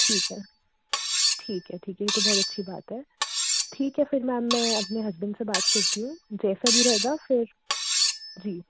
ठीक है ठीक है ठीक है ये तो बहुत अच्छी बात है ठीक है फिर मैम मैं अपने हस्बेंड से बात करती हूँ जैसा भी रहेगा फिर जी